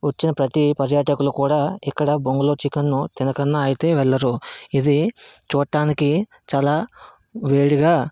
వచ్చిన ప్రతి పర్యాటకులు కూడా ఇక్కడ బొంగులో చికెన్ను తినకుండా అయితే వెళ్ళరు ఇది చూడడానికి చాలా వేడిగా